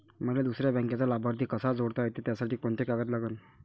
मले दुसऱ्या बँकेचा लाभार्थी कसा जोडता येते, त्यासाठी कोंते कागद लागन?